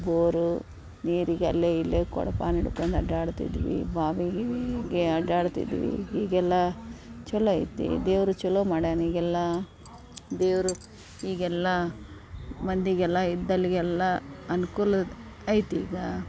bore ನೀರಿಗೆ ಅಲ್ಲಿ ಇಲ್ಲಿ ಕೊಡ್ಪಾನ ಹಿಡ್ಕೊಂಡ್ ಅಡ್ಡಾಡ್ತಿದ್ವಿ ಬಾವಿ ಗೀವಿಗೆ ಅಡ್ಡಾಡ್ತಿದ್ವಿ ಈಗೆಲ್ಲ ಚಲೋ ಐತಿ ದೇವರು ಚಲೋ ಮಾಡ್ಯಾನ ಈಗೆಲ್ಲ ದೇವರು ಈಗೆಲ್ಲ ಮಂದಿಗೆಲ್ಲ ಇದ್ದಲ್ಗೆ ಎಲ್ಲ ಅನ್ಕೂಲ ಐತಿ ಈಗ